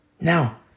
Now